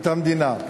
את המדינה.